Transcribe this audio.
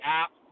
app